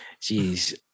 jeez